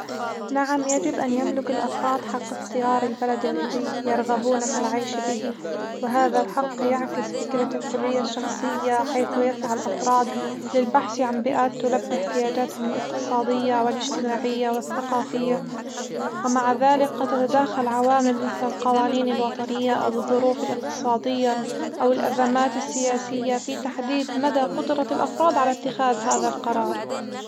نعم، يجب أن يملك الأفراد حق اختيار البلد الذي يرغبون في العيش به، وهذا الحق يعكس فكرة الحرية الشخصية حيث يسعى الأفراد للبحث عن بيئات تلبي احتياجاتهم الاقتصادية والاجتماعية والثقافية، ومع ذلك قد تتداخل عوامل مثل القوانين الوطنية أو الظروف الاقتصادية أو الأزمات السياسية في تحديد مدى قدرة الأفراد على اتخاذ هذا القرار.